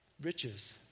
Riches